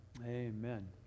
Amen